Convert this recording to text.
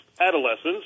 adolescents